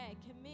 commit